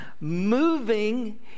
moving